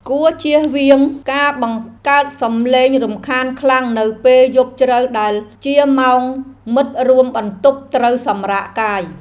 គួរជៀសវាងការបង្កើតសម្លេងរំខានខ្លាំងនៅពេលយប់ជ្រៅដែលជាម៉ោងមិត្តរួមបន្ទប់ត្រូវសម្រាកកាយ។